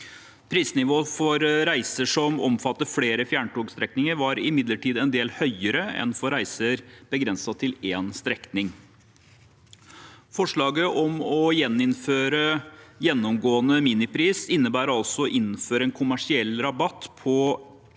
Prisnivået på reiser som omfattet flere fjerntogstrekninger, var imidlertid en del høyere enn på reiser som var begrenset til én strekning. Forslaget om å gjeninnføre gjennomgående minipris innebærer å innføre en kommersiell rabatt på lange